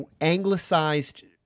anglicized